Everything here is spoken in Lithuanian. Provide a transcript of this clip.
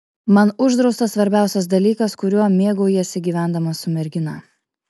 man uždraustas svarbiausias dalykas kuriuo mėgaujiesi gyvendamas su mergina